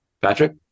Patrick